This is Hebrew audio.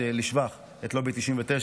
לשבח את לובי 99,